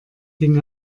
ging